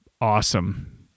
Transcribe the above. awesome